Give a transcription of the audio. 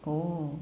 oh